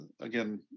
again